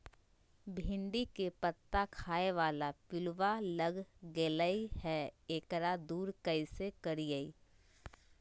भिंडी के पत्ता खाए बाला पिलुवा लग गेलै हैं, एकरा दूर कैसे करियय?